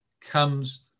comes